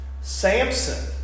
Samson